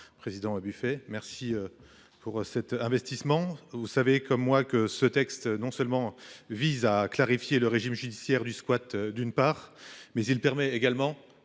président. Un buffet, merci. Pour cet investissement. Vous savez comme moi que ce texte non seulement vise à clarifier le régime judiciaire du squat d'une part, mais il permet également